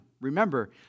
remember